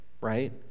Right